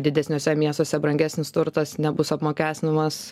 didesniuose miestuose brangesnis turtas nebus apmokestinamas